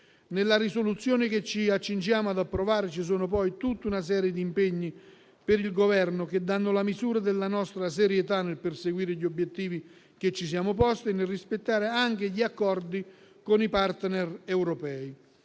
Nella risoluzione che ci accingiamo ad approvare ci sono poi tutta una serie di impegni per il Governo che danno la misura della nostra serietà nel perseguire gli obiettivi che ci siamo posti e nel rispettare anche gli accordi con i *partner* europei.